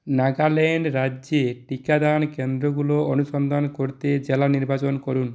নাগাল্যান্ড রাজ্যে টিকাদান কেন্দ্রগুলো অনুসন্ধান করতে জেলা নির্বাচন করুন